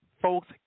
folks